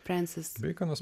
princas laikomas